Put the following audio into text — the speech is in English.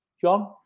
John